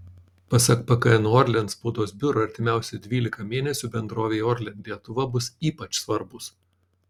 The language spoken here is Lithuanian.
pasak pkn orlen spaudos biuro artimiausi dvylika mėnesių bendrovei orlen lietuva bus ypač svarbūs